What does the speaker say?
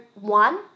one